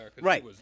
Right